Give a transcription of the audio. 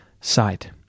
sight